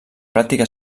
pràctica